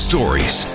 stories